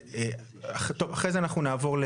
אחרי זה אנחנו נעבור,